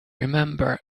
remember